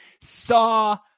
saw